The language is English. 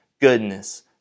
goodness